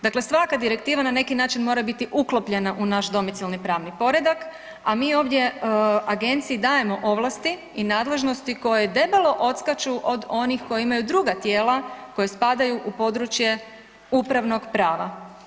Dakle, svaka direktiva na neki način mora biti uklopljena u naš domicilni pravni poredak, a mi ovdje dajemo agenciji ovlasti i nadležnosti koje debelo odskaču od onih koji imaju druga tijela koja spadaju u područje upravnog prava.